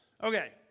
Okay